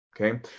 Okay